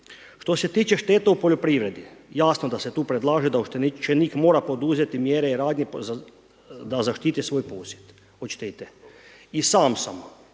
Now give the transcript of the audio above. Što se tiče šteta u poljoprivredi, jasno da se tu predlaže da oštećenik mora poduzeti mjere i radnje da zaštiti svoj posjed od štete. I sam sam